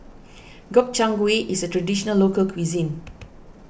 Gobchang Gui is a Traditional Local Cuisine